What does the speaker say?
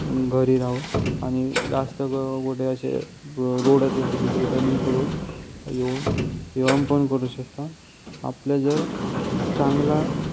घरी राहून आणि जास्त असे रोड असेल तर तिकडे रनिंग करून येऊन व्यायाम पण करू शकता आपल्या जर चांगला